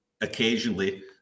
occasionally